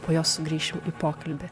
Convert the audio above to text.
po jos sugrįšim į pokalbį